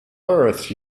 earth